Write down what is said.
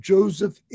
Joseph